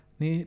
ni